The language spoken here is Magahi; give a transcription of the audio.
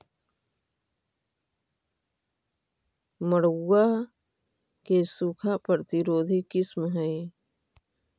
मड़ुआ के सूखा प्रतिरोधी किस्म हई?